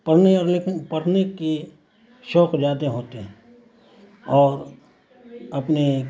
پڑھنے اور پڑھنے کے شوق زیادہ ہوتے ہیں اور اپنے